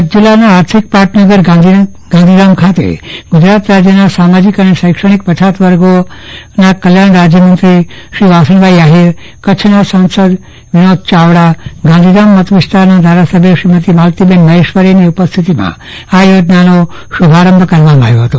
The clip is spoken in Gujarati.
કચ્છ જિલ્લાના આર્થિક પાટનગર ગાંધીધામ ખાતે ગુજરાત રાજ્યના સામાજિક અને શૈક્ષણિક પછાત વર્ગોનું કલ્યાણ રાજ્યમંત્રીશ્રી વાસણભાઇ આહિર કચ્છના સાંસદ સભ્ય શ્રી વિનોદ ચાવડા ગાંધીધામ મતવિસ્તારના ધારાસભ્ય શ્રીમતી માલતીબેન મહેશ્વરીની ઉપસ્થિતિમાં આ યોજનાનો શુભારંભ કરવામાં આવ્યો હતો